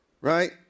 right